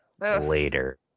Later